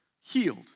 healed